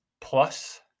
plus